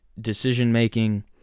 decision-making